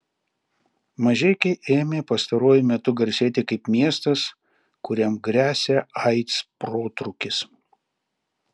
mažeikiai ėmė pastaruoju metu garsėti kaip miestas kuriam gresia aids protrūkis